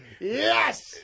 Yes